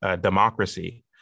democracy